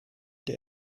der